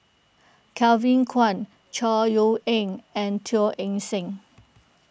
Kevin Kwan Chor Yeok Eng and Teo Eng Seng